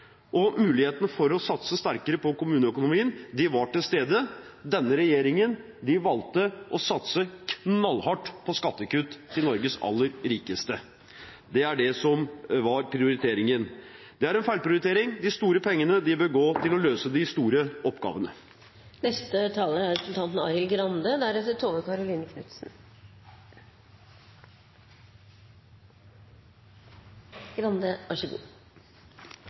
kommuneøkonomien. Muligheten for å satse sterkere på kommuneøkonomien var til stede. Denne regjeringen valgte å satse knallhardt på skattekutt til Norges aller rikeste. Det var prioriteringen. Det er en feilprioritering. De store pengene bør gå til å løse de store oppgavene. Kommuneproposisjonen er